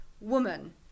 woman